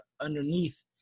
underneath